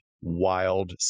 wild